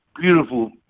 Beautiful